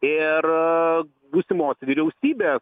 ir būsimos vyriausybės